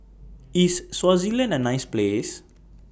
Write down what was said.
IS Swaziland A nice Place